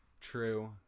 true